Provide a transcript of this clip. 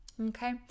Okay